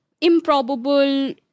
improbable